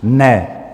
Ne.